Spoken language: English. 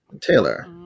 Taylor